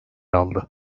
aldı